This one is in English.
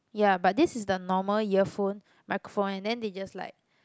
ya but this is the normal earphone microphone and then they just like